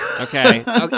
Okay